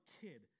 kid